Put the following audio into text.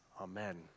Amen